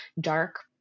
dark